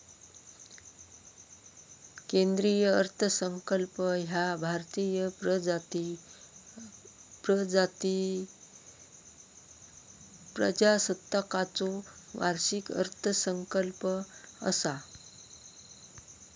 केंद्रीय अर्थसंकल्प ह्या भारतीय प्रजासत्ताकाचो वार्षिक अर्थसंकल्प असा